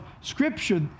Scripture